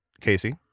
Casey